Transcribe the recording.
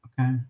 okay